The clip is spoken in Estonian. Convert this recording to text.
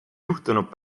juhtunud